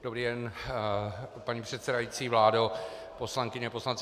Dobrý den, paní předsedající, vládo, poslankyně, poslanci.